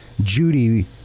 Judy